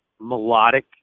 melodic